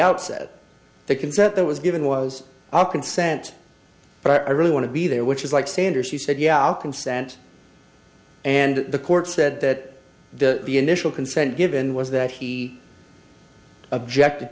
outset the consent that was given was our consent but i really want to be there which is like sanders she said ya consent and the court said that the initial consent given was that he objected